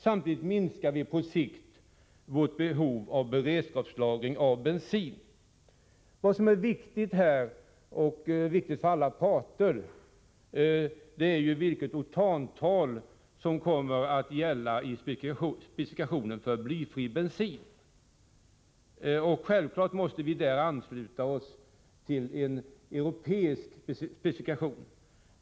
Samtidigt minskar vi på sikt behovet av beredskapslagring av bensin. Vad som är viktigt, för alla parter, är vilket oktantal som kommer att gälla vid specifikationen för blyfri bensin. Självklart måste vi ansluta oss till en europeisk specifikation.